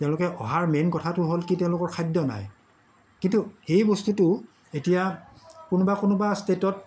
তেওঁলোকে অহাৰ মেইন কথাটো হ'ল কি তেওঁলোকৰ খাদ্য নাই কিন্তু এই বস্তুটো এতিয়া কোনোবা কোনোবা ষ্টেটত